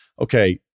Okay